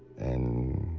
and.